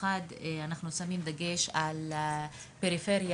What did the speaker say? אנחנו שמים דגש במיוחד על הפריפריה